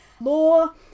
Law